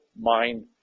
mind